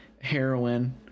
heroin